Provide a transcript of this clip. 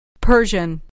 Persian